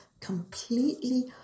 completely